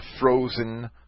frozen